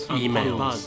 emails